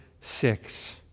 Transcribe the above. six